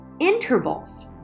intervals